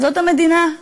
זאת המדינה?